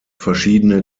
verschiedene